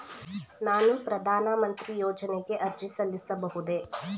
ನಾನು ಪ್ರಧಾನ ಮಂತ್ರಿ ಯೋಜನೆಗೆ ಅರ್ಜಿ ಸಲ್ಲಿಸಬಹುದೇ?